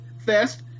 fest